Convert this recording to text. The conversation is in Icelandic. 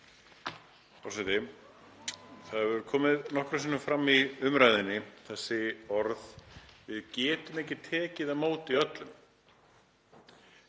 Þau hafa komið nokkrum sinnum fram í umræðunni þessi orð: Við getum ekki tekið á móti öllum.